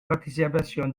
participation